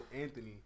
Anthony